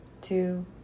two